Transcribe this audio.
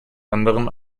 anderen